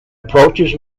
approaches